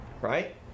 right